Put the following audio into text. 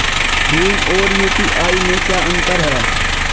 भीम और यू.पी.आई में क्या अंतर है?